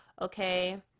Okay